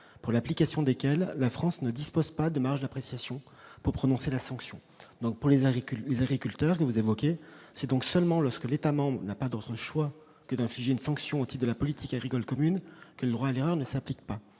pour l'application desquelles la France ne dispose pas de marge d'appréciation pour prononcer la sanction. Par conséquent, pour les agriculteurs, que vous évoquez, c'est seulement lorsque l'État membre n'a pas d'autre choix que d'infliger une sanction au titre de la politique agricole commune que le droit à l'erreur ne s'applique pas.